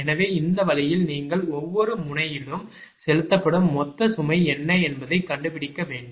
எனவே இந்த வழியில் நீங்கள் ஒவ்வொரு முனையிலும் செலுத்தப்படும் மொத்த சுமை என்ன என்பதைக் கண்டுபிடிக்க வேண்டும்